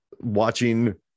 watching